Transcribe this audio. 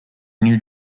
new